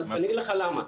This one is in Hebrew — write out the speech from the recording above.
אני אגיד לך למה.